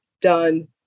done